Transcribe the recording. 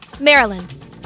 Maryland